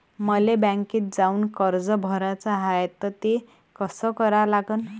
मले बँकेत जाऊन कर्ज भराच हाय त ते कस करा लागन?